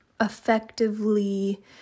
effectively